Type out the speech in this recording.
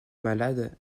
malade